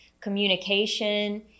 communication